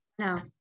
No